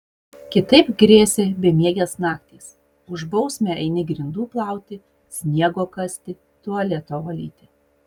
kitaip grėsė bemiegės naktys už bausmę eini grindų plauti sniego kasti tualeto valyti